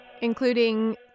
including